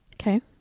Okay